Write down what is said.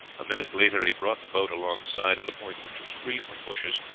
a minute later he brought the boat alongside, at a point which was free from bushes,